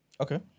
Okay